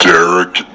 Derek